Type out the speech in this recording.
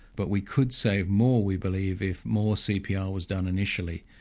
but we could save more, we believe, if more cpr was done initially.